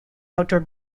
outdoor